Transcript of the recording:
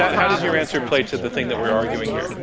how does your answer play to the thing that we're arguing here?